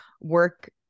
work